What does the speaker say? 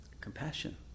compassion